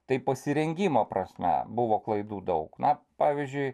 tai pasirengimo prasme buvo klaidų daug na pavyzdžiui